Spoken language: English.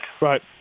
Right